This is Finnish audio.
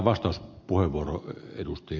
arvoisa puhemies